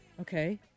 Okay